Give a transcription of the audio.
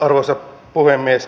arvoisa puhemies